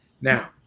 Now